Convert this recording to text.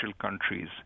countries